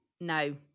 no